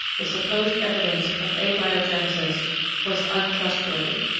the supposed evidence of abiogenesis was untrustworthy.